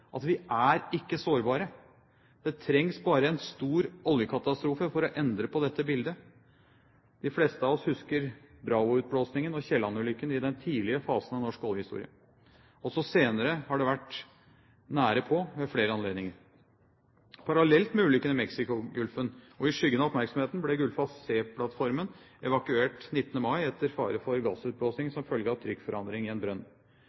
at vi er ikke usårbare. Det trengs bare en stor oljekatastrofe for å endre på dette bildet. De fleste av oss husker Bravo-utblåsningen og «Alexander Kielland»-ulykken i den tidlige fasen av norsk oljehistorie. Også senere har det vært nære på ved flere anledninger. Parallelt med ulykken i Mexicogolfen, og i skyggen av oppmerksomheten, ble Gullfaks C-plattformen evakuert 19. mai etter fare for gassutblåsning som følge av trykkforandring i en brønn.